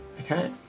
Okay